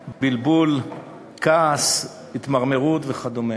בלבול, כעס, התמרמרות וכדומה.